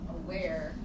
aware